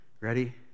Ready